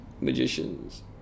magicians